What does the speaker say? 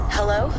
Hello